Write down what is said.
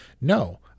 no